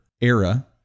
era